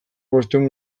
bostehun